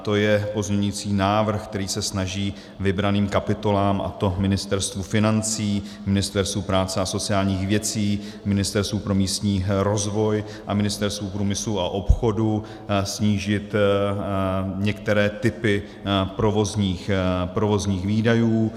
To je pozměňovací návrh, který se snaží vybraným kapitolám, a to Ministerstvu financí, Ministerstvu práce a sociálních věcí, Ministerstvu pro místní rozvoj a Ministerstvu průmyslu a obchodu, snížit některé typy provozních výdajů.